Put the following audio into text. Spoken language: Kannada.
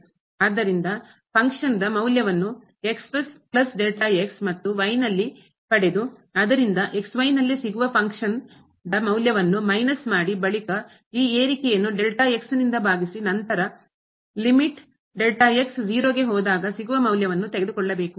ಆದ್ದರಿಂದ ಫಂಕ್ಷನ್ ಕಾರ್ಯದ ಮೌಲ್ಯವನ್ನು ಮತ್ತು ನಲ್ಲಿ ಪಡೆದು ಅದರಿಂದ ನಲ್ಲಿ ಸಿಗುವ ಫಂಕ್ಷನ್ ಕಾರ್ಯದ ಮೌಲ್ಯವನ್ನು ಮೈನಸ್ ಮಾಡಿ ಬಳಿಕ ಈ ಏರಿಕೆಯನ್ನು ಭಾಗಿಸಿ ನಂತರ ಲಿಮಿಟ್ ಮಿತಿ 0 ಗೆ ಹೋದಾಗ ಸಿಗುವ ಮೌಲ್ಯವನ್ನು ತೆಗೆದುಕೊಳ್ಳಬೇಕು